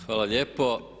Hvala lijepo.